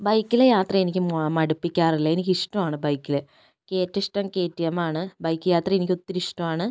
ബൈക്കിലെ യാത്ര എനിക്ക് മ മടുപ്പിക്കാറില്ല എനിക്ക് ഇഷ്ടമാണ് ബൈക്കില് എനിക്ക് ഏറ്റവും ഇഷ്ടം കേ റ്റി എം മാണ് ബൈക്ക് യാത്ര എനിക്ക് ഒത്തിരി ഇഷ്ടമാണ്